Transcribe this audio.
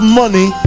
money